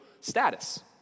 status